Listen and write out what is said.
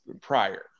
prior